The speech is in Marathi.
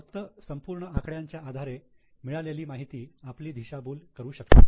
फक्त संपूर्ण आकड्यांच्या आधारे मिळालेली माहिती आपली दिशाभूल करू शकते